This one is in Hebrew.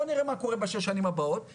בוא נראה מה קורה בשש שנים הבאות,